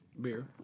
beer